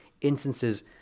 instances